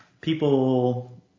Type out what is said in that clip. people